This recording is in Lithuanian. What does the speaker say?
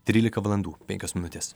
trylika valandų penkios minutės